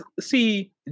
see